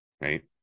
right